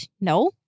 No